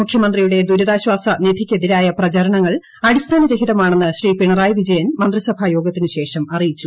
മുഖ്യമന്ത്രിയുടെ ദുരിതാശ്വാസ നിധിക്കെതിരായ പ്രചാരണങ്ങൾ അടിസ്ഥാനരഹിതമാണെന്ന് ശ്രീ പിണറായി വിജയൻ മന്ത്രിസഭാ യോഗത്തിനുശേഷം അറിയിച്ചു